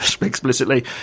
explicitly